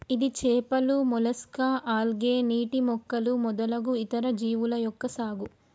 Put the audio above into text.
ఇది చేపలు, mollusca, algae, నీటి మొక్కలు మొదలగు ఇతర జీవుల యొక్క సాగు